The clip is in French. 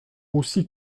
aussi